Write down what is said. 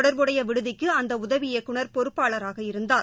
தொடர்புடைய விடுதிக்கு அந்த உதவி இயக்குனர் பொறுப்பாளராக இருந்தார்